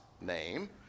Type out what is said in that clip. name